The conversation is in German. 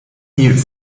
die